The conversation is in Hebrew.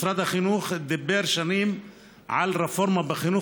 משרד החינוך דיבר שנים על רפורמה בחינוך